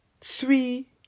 three